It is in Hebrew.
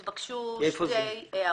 התבקשו שתי הערות.